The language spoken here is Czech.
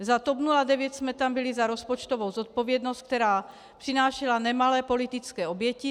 Za TOP 09 jsme tam byli za rozpočtovou zodpovědnost, která přinášela nemalé politické oběti.